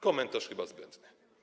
Komentarz chyba zbędny.